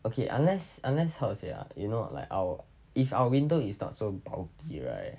okay unless unless how to say ah you know like our if our window is not so bulky right